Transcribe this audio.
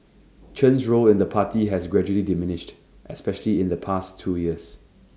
Chen's role in the party has gradually diminished especially in the past two years